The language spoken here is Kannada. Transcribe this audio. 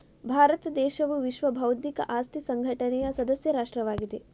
ಭಾರತ ದೇಶವು ವಿಶ್ವ ಬೌದ್ಧಿಕ ಆಸ್ತಿ ಸಂಘಟನೆಯ ಸದಸ್ಯ ರಾಷ್ಟ್ರವಾಗಿದೆ